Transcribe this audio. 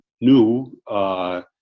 new